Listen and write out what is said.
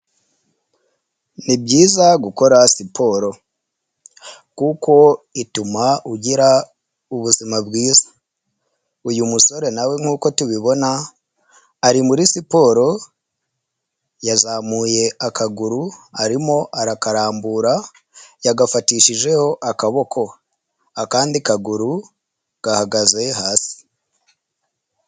Ni byiza gukora siporo kuko ituma ugira ubuzima bwiza, uyu musore nawe nk'uko tubibona ari muri siporo yazamuye akaguru arimo arakarambura yagafatishijeho akaboko, akandi kaguru gahagaze hasi.